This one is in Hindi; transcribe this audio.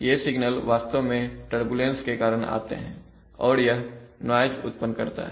ये सिग्नल वास्तव में टर्बूलेंस के कारण आते हैं और यह नायज उत्पन्न करता है